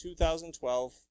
2012